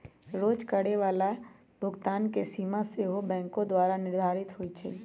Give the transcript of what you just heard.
रोज करए जाय बला भुगतान के सीमा सेहो बैंके द्वारा निर्धारित होइ छइ